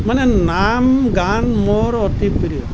মানে নাম গান মোৰ অতি প্ৰিয়